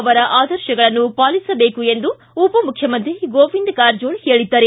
ಅವರ ಆದರ್ಶಗಳನ್ನು ಪಾಲಿಸಬೇಕು ಎಂದು ಉಪಮುಖ್ಯಮಂತ್ರಿ ಗೋವಿಂದ ಕಾರಜೋಳ ಹೇಳಿದ್ದಾರೆ